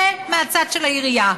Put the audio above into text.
זה מהצד של העירייה.